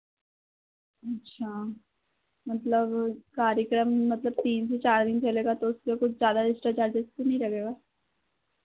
अच्छा मतलब कार्यक्रम मतलब तीन से चार दिन चलेगा तो उससे कुछ ज़्यादा एक्स्ट्रा चार्जेज़ तो नहीं लगेगा